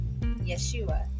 Yeshua